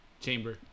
chamber